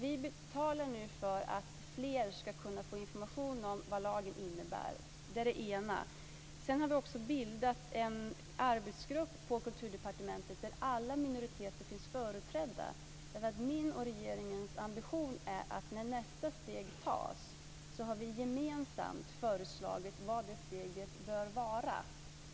Vi betalar nu för att fler ska kunna få information om vad lagen innebär. Sedan har vi också bildat en arbetsgrupp på Kulturdepartementet där alla minoriteter finns företrädda, därför att min och regeringens ambition är att när nästa steg tas har vi gemensamt föreslagit vad det steget bör vara.